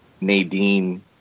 Nadine